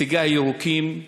נציגי הירוקים,